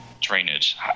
drainage